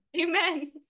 Amen